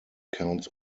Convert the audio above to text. counts